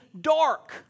dark